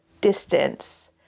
distance